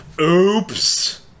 oops